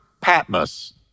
Patmos